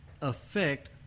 affect